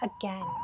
again